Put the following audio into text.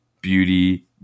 beauty